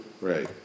Right